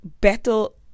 battle